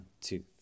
two